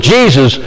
Jesus